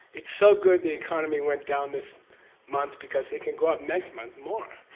it's so good the economy went down this month because it can go up next month more.